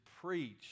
preach